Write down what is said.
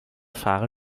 fahrer